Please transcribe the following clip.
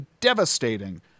devastating